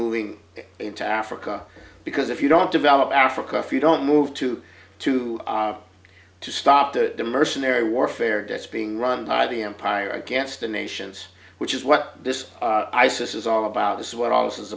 moving into africa because if you don't develop africa for you don't move to two to stop the mercenary warfare debts being run by the empire against the nations which is what this isis is all about is what all this is